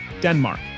Denmark